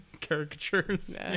caricatures